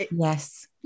Yes